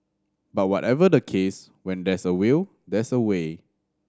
but whatever the case when there's a will there's a way